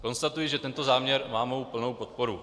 Konstatuji, že tento záměr má mou plnou podporu.